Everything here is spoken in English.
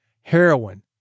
Heroin